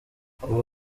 ubu